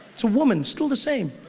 it's a woman, still the same.